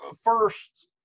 first